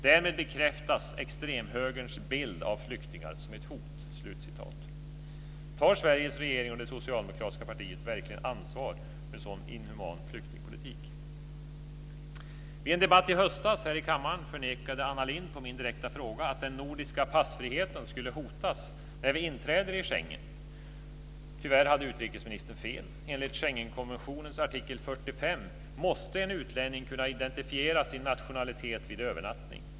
Därmed bekräftas extremhögerns bild av flyktingar som hot." Tar Sveriges regering och det socialdemokratiska partiet verkligen ansvar för en sådan inhuman flyktingpolitik? Vid en debatt i höstas här i kammaren förnekade Anna Lindh på min direkta fråga att den nordiska passfriheten skulle hotas när vi inträder i Schengen. Tyvärr hade utrikesministern fel. Enligt Schengenkonventionens artikel 45 måste en utlänning kunna identifiera sin nationalitet vid övernattning.